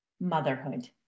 motherhood